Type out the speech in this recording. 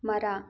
ಮರ